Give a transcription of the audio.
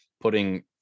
putting